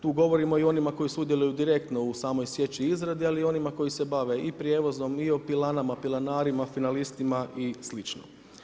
Tu govorimo i o onima koji sudjeluju direktno i u samoj sjeći i izradi, ali i onima koji se bave i prijevozom i pilanama, pilanarima finalistima i slično.